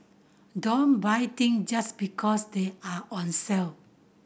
don't buy thing just because they are on sale